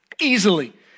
easily